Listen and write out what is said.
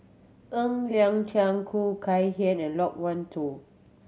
Ng Liang Chiang Khoo Kay Hian and Loke Wan Tho